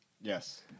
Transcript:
yes